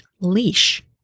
leash